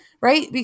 right